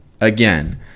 Again